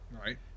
Right